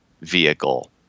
vehicle